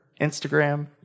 Instagram